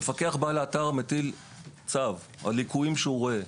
מפקח בא לאתר ומטיל צו על ליקויים שהוא רואה.